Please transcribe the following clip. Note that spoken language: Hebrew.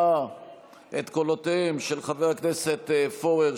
להצבעה את קולותיהם של חבר הכנסת פורר,